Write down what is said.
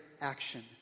action